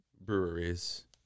breweries